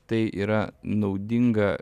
tai yra naudinga